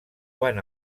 quan